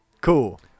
Cool